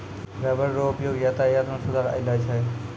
rubber रो उपयोग यातायात मे सुधार अैलौ छै